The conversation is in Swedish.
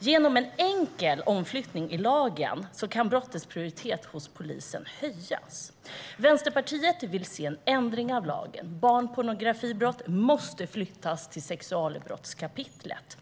Genom en enkel omflyttning i lagen kan brottets prioritet hos polisen höjas. Vänsterpartiet vill se en ändring av lagen. Barnpornografibrott måste flyttas till sexualbrottskapitlet.